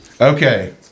Okay